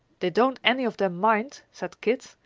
they don't any of them mind, said kit.